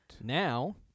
now